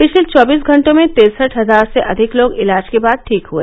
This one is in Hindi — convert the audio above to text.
पिछले चौबीस घंटों में तिरसठ हजार से अधिक लोग इलाज के बाद ठीक हए